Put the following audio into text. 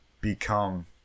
become